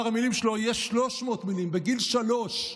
אוצר המילים שלו יהיה 300 מילים בגיל שלוש.